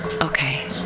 Okay